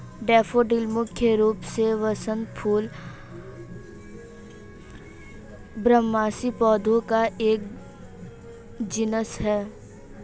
daffodil मुख्य रूप से वसंत फूल बारहमासी पौधों का एक जीनस है